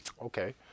Okay